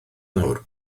nawr